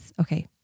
okay